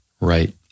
Right